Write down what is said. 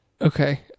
Okay